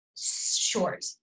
short